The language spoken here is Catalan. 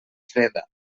freda